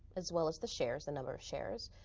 as well as the shares, the number of shares.